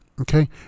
okay